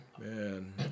Man